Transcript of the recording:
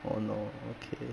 oh no okay